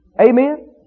Amen